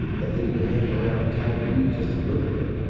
that they need to hang around town a week just to look at them.